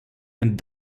and